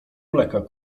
mleka